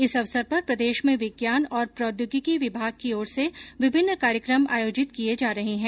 इस अवसर पर प्रदेश में विज्ञान और प्रौद्योगिकी विभाग की ओर से विभिन्न कार्यक्रम आयोजित किये जा रहे हैं